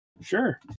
Sure